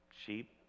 Sheep